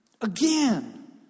again